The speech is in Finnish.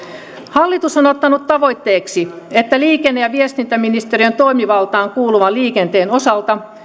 hallitus on ottanut tavoitteeksi että liikenne ja viestintäministeriön toimivaltaan kuuluvan liikenteen osalta